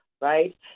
right